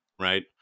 right